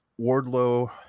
Wardlow